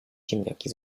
ziemniaki